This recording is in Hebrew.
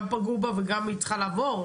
גם פגעו בה וגם היא צריכה לעבור?